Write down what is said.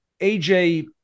AJ